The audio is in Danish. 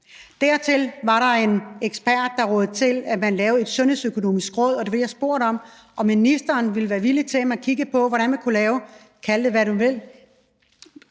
Der var der en ekspert, der rådede til, at man lavede et sundhedsøkonomisk råd. Og det var det, jeg spurgte om, altså om ministeren ville være villig til, at man kiggede på, hvordan man kunne lave sådan et råd, og